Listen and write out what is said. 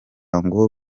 ngo